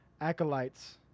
acolytes